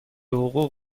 حقوق